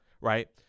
right